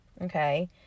okay